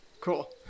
Cool